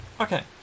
okay